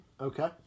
Okay